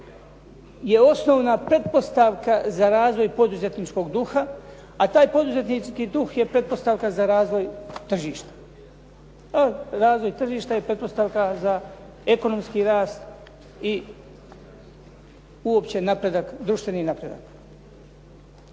je osnovna pretpostavka za razvoj poduzetničkog duha, a taj poduzetnički duh je pretpostavka za razvoj tržišta. Evo, razvoj tržišta je pretpostavka za ekonomski rast i uopće društveni napredak.